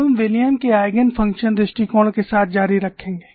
अब हम विलियम के आइगेन फ़ंक्शन दृष्टिकोण के साथ जारी रखेंगे